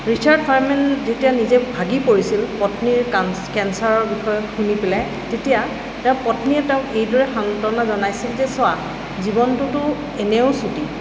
Richard Farman যেতিয়া নিজে ভাগি পৰিছিল পত্নীৰ কেঞ্চাৰৰ বিষয়ে শুনি পেলাই তেতিয়া তেওঁৰ পত্নীয়ে তেওঁক এইদৰে সান্তনা জনাইছিল যে চোৱা জীৱনটোতো এনেও চুটি